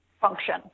function